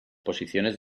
posiciones